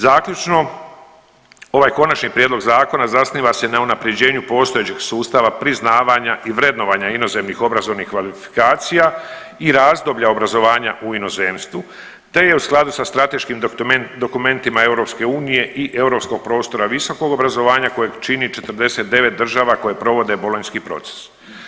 Zaključno, ovaj konačni prijedlog zakona zasniva se na unaprjeđenju postojećeg sustava priznavanja i vrednovanja inozemnih obrazovnih kvalifikacija i razdoblja obrazovanja u inozemstvu, te je u skladu sa strateškim dokumentima EU i europskog prostora visokog obrazovanja kojeg čini 49 država koje provode bolonjski proces.